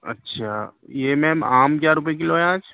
اچھا یہ میم آم کیا روپئے کلو ہے آج